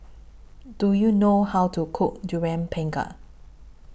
Do YOU know How to Cook Durian Pengat